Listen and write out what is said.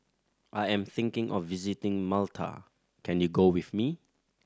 I am thinking of visiting Malta can you go with me